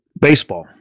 baseball